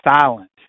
silent